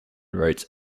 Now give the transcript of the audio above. roads